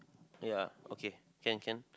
ya okay can can